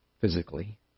physically